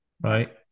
right